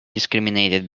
discriminated